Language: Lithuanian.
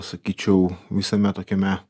sakyčiau visame tokiame